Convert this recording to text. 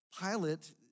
Pilate